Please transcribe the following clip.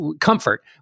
comfort